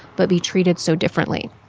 but be treated so differently.